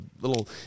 little